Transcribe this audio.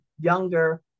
younger